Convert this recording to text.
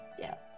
Yes